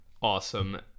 Awesome